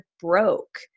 broke